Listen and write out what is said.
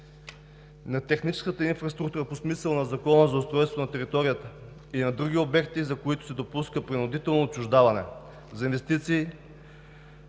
на техническата инфраструктура по смисъла на Закона за устройство на територията и на други обекти, за които се допуска принудително отчуждаване, за инвестиции